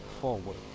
forward